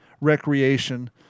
recreation